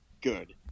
good